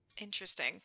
Interesting